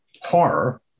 horror